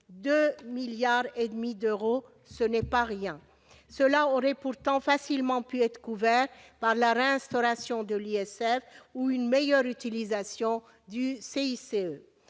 2,5 milliards d'euros, ce n'est pas rien ! Cela aurait pourtant facilement pu être couvert par la réinstauration de l'ISF ou encore une meilleure utilisation du CICE.